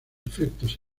efectos